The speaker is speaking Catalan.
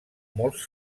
molts